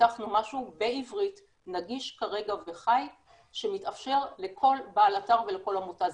פיתחנו משהו בעברית נגיש כרגע וחי שמתאפשר לכל בעל אתר ולכל עמותה.